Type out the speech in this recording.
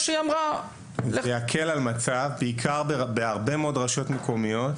זה יקל על המצב, בעיקר בהרבה מאוד רשויות מקומיות.